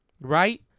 right